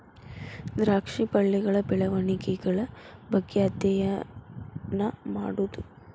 ದ್ರಾಕ್ಷಿ ಬಳ್ಳಿಗಳ ಬೆಳೆವಣಿಗೆಗಳ ಬಗ್ಗೆ ಅದ್ಯಯನಾ ಮಾಡುದು